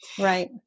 Right